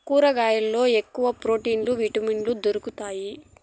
కూరగాయల్లో ఎక్కువ ప్రోటీన్లు విటమిన్లు దొరుకుతాయి